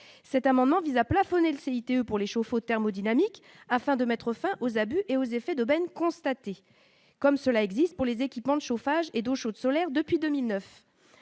cet amendement vise à plafonner le CIT pour les chauffe-eau thermodynamique afin de mettre fin aux abus et aux effets d'aubaine constatés comme cela existe pour les équipements, chauffage et d'eau chaude solaire depuis 2009